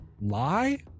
Lie